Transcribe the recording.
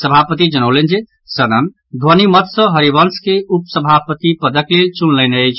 सभापति जनौलनि जे सदन ध्वनिमत सँ हरिवंश के उपसभापति पदक लेल चुनलनि अछि